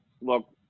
look